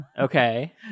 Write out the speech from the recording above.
Okay